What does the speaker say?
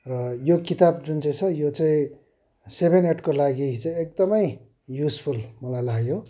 र यो किताब जुन चाहिँ छ यो चाहिँ सेभेन एटको लागि चाहिँ एकदमै युजफुल मलाई लाग्यो